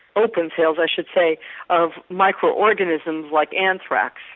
open sales i should say of micro organisms like anthrax.